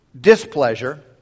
displeasure